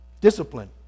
Discipline